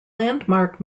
landmark